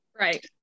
Right